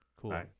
Cool